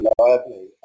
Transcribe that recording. reliably